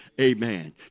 Amen